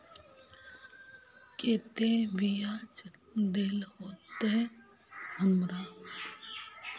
केते बियाज देल होते हमरा?